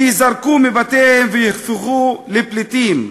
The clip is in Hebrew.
שייזרקו מבתיהם ויהפכו לפליטים.